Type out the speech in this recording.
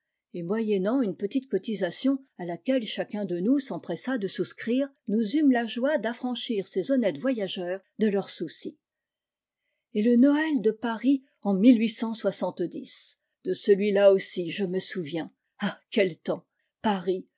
et moyennant une petite cotisation à laquelle chacun de nous s'empressa de souscrire nous eûmes la joie d'affranchir ces honnêtes voyageurs de leurs soucis et le noèl de paris en de celui-là aussi je me souviens ah quel temps paris